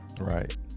Right